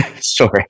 Sorry